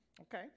Okay